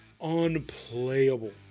unplayable